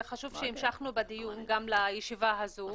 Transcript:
חשוב שהמשכנו בדיון גם לישיבה הזו.